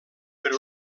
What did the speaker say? per